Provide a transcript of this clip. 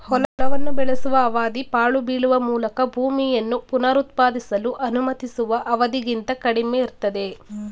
ಹೊಲವನ್ನು ಬೆಳೆಸುವ ಅವಧಿ ಪಾಳು ಬೀಳುವ ಮೂಲಕ ಭೂಮಿಯನ್ನು ಪುನರುತ್ಪಾದಿಸಲು ಅನುಮತಿಸುವ ಅವಧಿಗಿಂತ ಕಡಿಮೆಯಿರ್ತದೆ